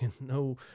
no